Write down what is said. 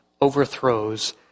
overthrows